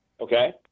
Okay